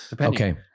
Okay